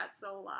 Zola